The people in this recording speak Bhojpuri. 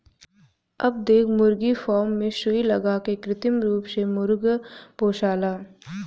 अब देख मुर्गी फार्म मे सुई लगा के कृत्रिम रूप से मुर्गा पोसाला